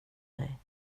dig